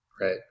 right